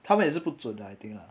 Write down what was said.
他们也是不准的 I think lah